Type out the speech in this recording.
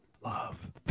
love